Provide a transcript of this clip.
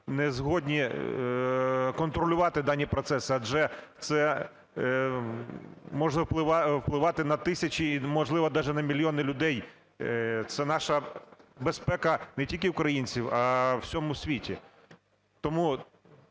не згодні контролювати дані процеси, адже це може впливати на тисячі і, можливо, даже на мільйони людей, це наша безпека не тільки українців, а у всьому світі. Тому